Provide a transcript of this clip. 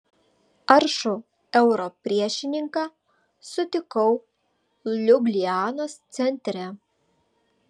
aršų euro priešininką sutikau liublianos centre